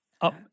up